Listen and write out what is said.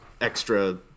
extra